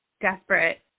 desperate